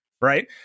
right